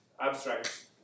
abstract